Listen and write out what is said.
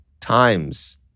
Times